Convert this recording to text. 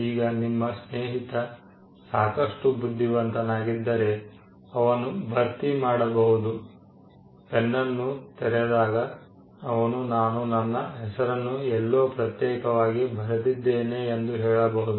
ಈಗ ನಿಮ್ಮ ಸ್ನೇಹಿತ ಸಾಕಷ್ಟು ಬುದ್ಧಿವಂತನಾಗಿದ್ದರೆ ಅವನು ಭರ್ತಿ ಮಾಡಬಹುದು ಪೆನ್ನನ್ನು ತೆರೆದಾಗ ಅವನು ನಾನು ನನ್ನ ಹೆಸರನ್ನು ಎಲ್ಲೋ ಪ್ರತ್ಯೇಕವಾಗಿ ಬರೆದಿದ್ದೇನೆ ಎಂದು ಹೇಳಬಹುದು